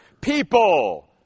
people